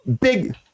big